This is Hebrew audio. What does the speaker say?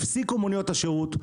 הפסיקו מוניות השירות.